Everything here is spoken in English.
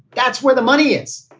that's where the money is.